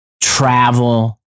travel